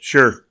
Sure